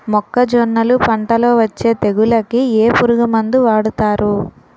మొక్కజొన్నలు పంట లొ వచ్చే తెగులకి ఏ పురుగు మందు వాడతారు?